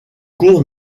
cours